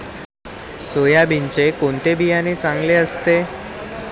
सोयाबीनचे कोणते बियाणे चांगले असते?